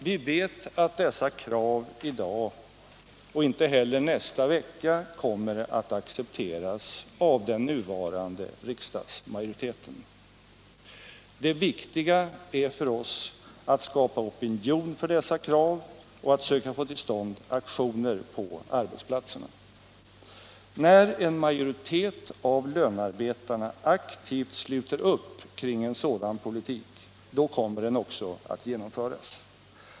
Vi vet att dessa krav inte i dag och inte heller nästa vecka kommer att accepteras av den nuvarande riksdagsmajoriteten. Det viktiga för oss är att skapa opinion för dem och söka få till stånd aktioner på arbetsplatserna. När en majoritet av lönarbetarna aktivt sluter upp kring en sådan politik, då kommer den också att genomföras.